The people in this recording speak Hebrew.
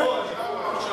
אני פה, את רואה אותי עכשיו?